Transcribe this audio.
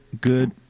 good